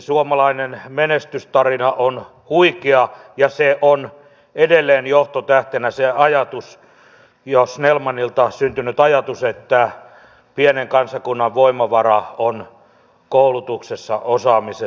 suomalainen menestystarina on huikea ja se ajatus on edelleen johtotähtenä jo snellmanilta syntynyt ajatus että pienen kansakunnan voimavara on koulutuksessa osaamisessa sivistyksessä